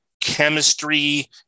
chemistry